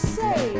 say